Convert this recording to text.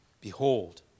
Behold